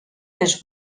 més